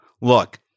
look